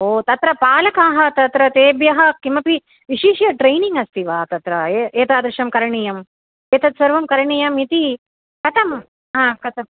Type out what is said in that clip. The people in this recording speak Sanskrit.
ओ तत्र पालकाः तत्र तेभ्यः किमपि विशिष्य ट्रेनिङ्ग् अस्ति वा तत्र ए एतादृशं करणीयम् एतत् सर्वं करणीयम् इति कथं हा कथं